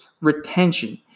retention